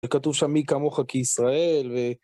וכתוב שם, מי כמוך כי ישראל, ו...